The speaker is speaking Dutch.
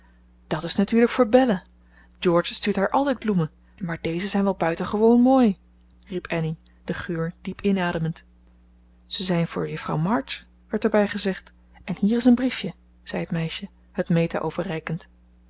dat is natuurlijk voor belle george stuurt haar altijd bloemen maar deze zijn wel buitengewoon mooi riep annie de geur diep inademend ze zijn voor juffrouw march werd er bij gezegd en hier is een briefje zei het meisje het meta overreikend